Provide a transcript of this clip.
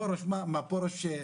פה מר פורוש,